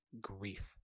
grief